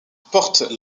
porte